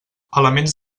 elements